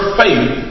faith